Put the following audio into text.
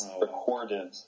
recorded